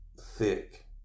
thick